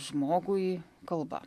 žmogui kalba